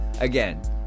again